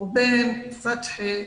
ובין פתחי,